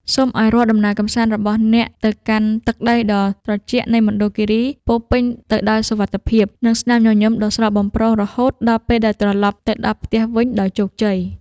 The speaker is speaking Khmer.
សូមឱ្យរាល់ដំណើរកម្សាន្តរបស់អ្នកទៅកាន់ទឹកដីដ៏ត្រជាក់នៃមណ្ឌលគីរីពោរពេញទៅដោយសុវត្ថិភាព និង ស្នាមញញឹមដ៏ស្រស់បំព្រងរហូតដល់ពេលដែលត្រឡប់ទៅដល់ផ្ទះវិញដោយជោគជ័យ។